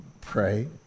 pray